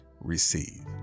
Receive